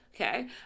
Okay